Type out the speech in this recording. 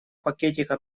пакетика